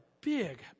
big